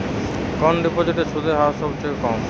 কোন ডিপোজিটে সুদের হার সবথেকে কম?